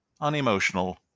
unemotional